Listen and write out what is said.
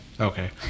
Okay